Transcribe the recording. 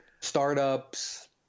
startups